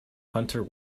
hunter